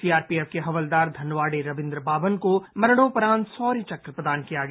CRPF के हवलदार धनवाड़े रविन्द्र बाबन को मरणोपरांत शोर्य चक्र प्रदान किया गया